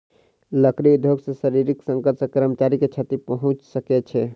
लकड़ी उद्योग मे शारीरिक संकट सॅ कर्मचारी के क्षति पहुंच सकै छै